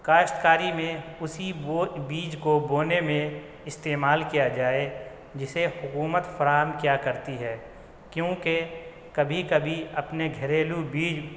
کاشتکاری میں اسی بیج کو بونے میں استعمال کیا جائے جسے حکومت فراہم کیا کرتی ہے کیونکہ کبھی کبھی اپنے گھریلو بیج